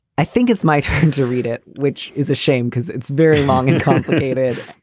i think it's my turn to read it which is a shame because it's very long and complicated,